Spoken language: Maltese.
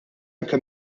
anke